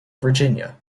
virginia